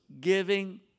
giving